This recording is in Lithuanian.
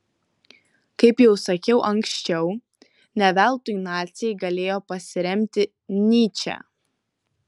kaip jau sakiau anksčiau ne veltui naciai galėjo pasiremti nyče